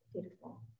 beautiful